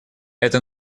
это